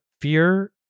fear